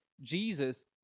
Jesus